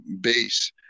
base